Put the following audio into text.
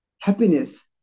happiness